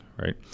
Right